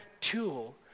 tool